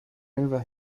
over